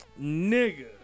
Nigga